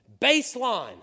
Baseline